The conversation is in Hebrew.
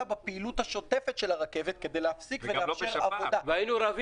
בפעילות השוטפת של הרכבת כדי להפסיק ולאפשר עבודה.